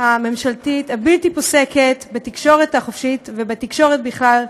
הממשלתית הבלתי-פוסקת בתקשורת החופשית ובתקשורת בכלל,